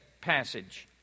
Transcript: passage